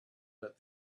that